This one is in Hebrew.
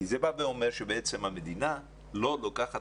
כי זה בא ואומר שבעצם המדינה לא לוקחת